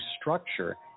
structure